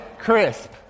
crisp